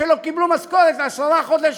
שלא קיבלו משכורת עשרה חודשים,